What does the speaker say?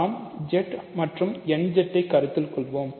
நாம் Z மற்றும் nZ ஐ கருத்தில் கொள்வோம்